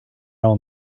all